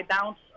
bounce